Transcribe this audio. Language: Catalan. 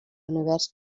univers